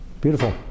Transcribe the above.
Beautiful